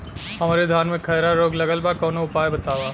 हमरे धान में खैरा रोग लगल बा कवनो उपाय बतावा?